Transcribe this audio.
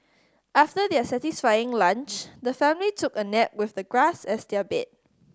after their satisfying lunch the family took a nap with the grass as their bed